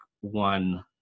one